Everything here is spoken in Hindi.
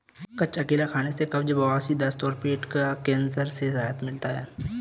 कच्चा केला खाने से कब्ज, बवासीर, दस्त और पेट का कैंसर से राहत मिलता है